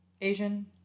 Asian